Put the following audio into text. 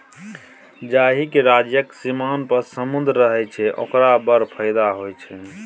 जाहिक राज्यक सीमान पर समुद्र रहय छै ओकरा बड़ फायदा होए छै